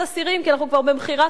כי אנחנו כבר במכירת חיסול,